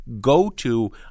go-to